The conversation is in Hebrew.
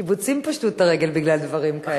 קיבוצים פשטו את הרגל בגלל דברים כאלה.